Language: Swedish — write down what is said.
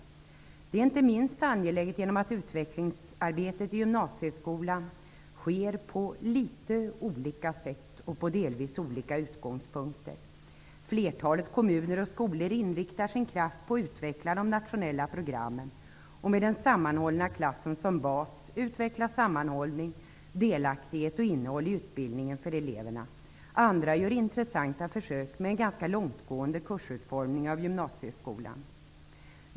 Detta är inte minst angeläget genom att utvecklingsarbetet i gymnasieskolan sker på litet olika sätt och med delvis olika utgångspunkter. Flertalet kommuner och skolor inriktar sin kraft på att utveckla de nationella programmen och att med den sammanhållna klassen som bas utveckla sammanhållning, delaktighet och innehåll i utbildningen för eleverna. Andra gör intressanta försök med en ganska långtgående kursutformning av gymnasieskolan.